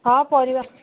ହଁ ପରିବା